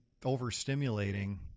overstimulating